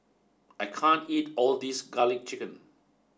I can't eat all this Garlic Chicken